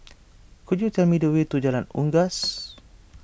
could you tell me the way to Jalan Unggas